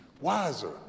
wiser